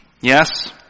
Yes